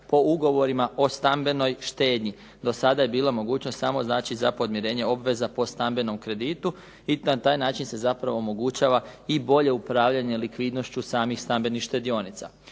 po ugovorima o stambenoj štednji. Do sada je bila mogućnost samo znači za podmirenje obveza po stambenom kreditu i na taj način se zapravo omogućava i bolje upravljanje likvidnošću samih stambenih štedionica.